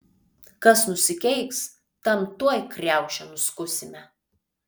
kas nusikeiks tam tuoj kriaušę nuskusime